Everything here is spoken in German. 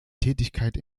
tätigkeit